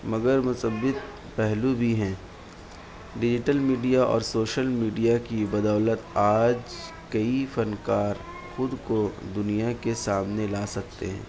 مگر مثبت پہلو بھی ہیں ڈیجیٹل میڈیا اور سوشل میڈیا کی بدولت آج کئی فنکار خود کو دنیا کے سامنے لا سکتے ہیں